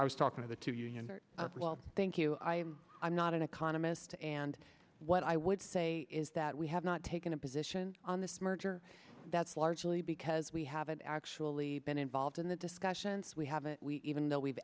i was talking to the to you well thank you i i'm not an economist and what i would say is that we have not taken a position on this merger that's largely because we haven't actually been involved in the discussions we haven't we even though we've